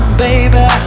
baby